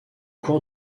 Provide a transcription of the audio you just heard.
cours